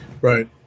Right